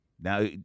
now